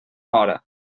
hora